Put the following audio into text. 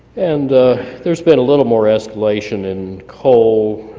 and there's been a little more escalation in coal,